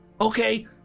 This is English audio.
Okay